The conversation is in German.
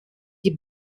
die